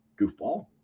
Goofball